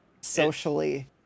Socially